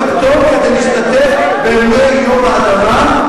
הפטור כדי להשתתף באירועי יום האדמה,